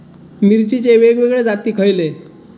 मिरचीचे वेगवेगळे जाती खयले?